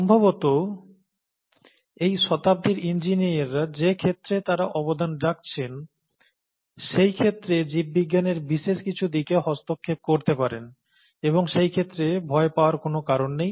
সম্ভবত এই শতাব্দীর ইঞ্জিনিয়াররা যে ক্ষেত্রে তারা অবদান রাখছেন সেই ক্ষেত্রে জীববিজ্ঞানের বিশেষ কিছু দিকে হস্তক্ষেপ করতে পারেন এবং সেই ক্ষেত্রে ভয় পাওয়ার কোনও কারণ নেই